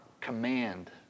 command